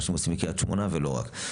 מה שהם עושים עם קריית שמונה ולא רק.